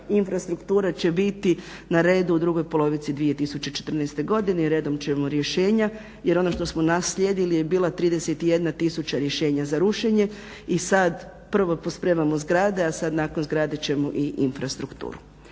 Infrastruktura će biti na redu u drugoj polovici 2014. godine i redom ćemo rješenja. Jer ono što smo naslijedili je bila 31000 rješenja za rušenje. I sad prvo pospremamo zgrade, a sad nakon zgrada ćemo i infrastrukturu.